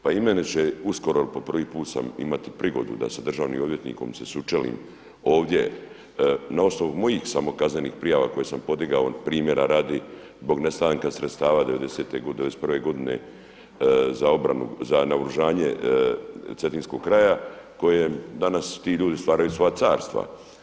Pa i mene će uskoro jer po prvi put sam, imati prigodu da se sa državnim odvjetnikom sučelim ovdje na osnovu mojih samo kaznenih prijava koje sam podigao primjera radi zbog nestanka sredstava 91. godine za naoružanje Cetinskog kraja kojim danas ti ljudi stvaraju svoja carstva.